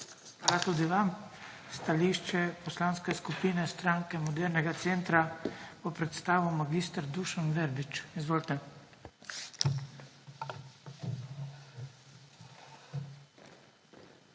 tudi vam. Stališče Poslanske skupine Stranke modernega centra bo predstavil mag. Dušan Verbič. Izvolite.